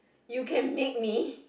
you can make me